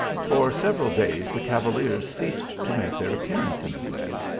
for several days the cavaliers ceased to make their appearance in the glen.